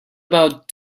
about